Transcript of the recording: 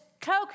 cloak